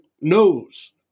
knows